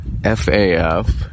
FAF